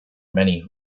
many